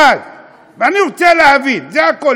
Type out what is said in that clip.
אני רוצה להבין, זה הכול.